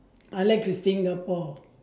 I like to singapore